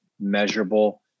measurable